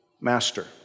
master